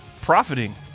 profiting